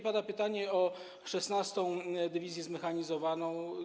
Padło pytanie o 16. dywizję zmechanizowaną.